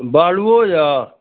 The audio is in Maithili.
बालुओ यऽ